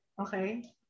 Okay